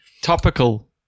Topical